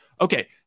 Okay